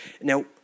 Now